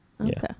Okay